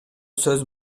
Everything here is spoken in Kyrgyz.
сөз